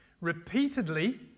Repeatedly